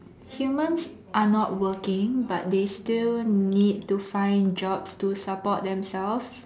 humans are not working but they still need to find jobs to support themselves